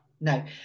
No